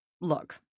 Look